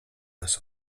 nas